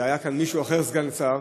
אלא היה כאן מישהו אחר סגן שר,